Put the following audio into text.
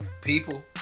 people